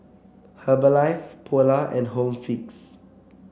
Herbalife Polar and Home Fix